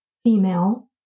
Female